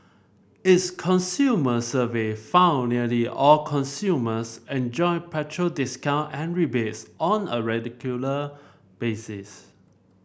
its consumer survey found nearly all consumers enjoy petrol discount and rebates on a regular basis